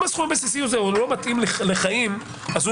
אם הסכום הבסיסי הזה לא מתאים לחיים אז הוא